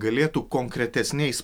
galėtų konkretesniais